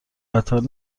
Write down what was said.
قطار